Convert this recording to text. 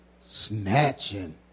snatching